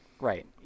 Right